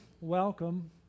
welcome